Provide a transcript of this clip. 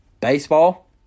baseball